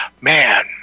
man